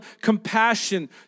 compassion